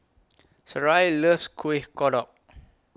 Sarai loves Kuih Kodok